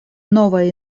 novaj